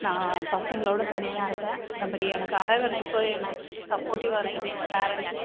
நான் பசங்களோடு தனியாக இருக்க இந்த மாதிரி எனக்கு அரவணைப்பு எனக்கு வந்து சப்போர்டிவ்வாக இருக்குகிறது எங்கள் பேரெண்ட்ஸு